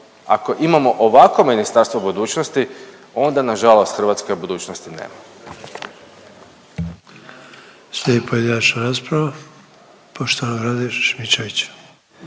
Ako imamo ovakvo Ministarstvo budućnosti onda nažalost Hrvatska budućnosti nema. **Sanader, Ante (HDZ)** Slijedi pojedinačna rasprava poštovanog Rade Šimičevića.